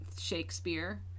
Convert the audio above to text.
Shakespeare